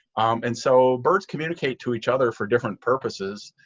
and so birds communicate to each other for different purposes